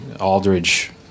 Aldridge